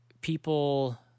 people